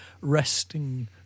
resting